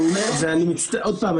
עוד פעם,